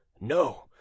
No